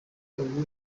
ubu